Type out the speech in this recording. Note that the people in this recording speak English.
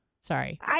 Sorry